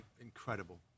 incredible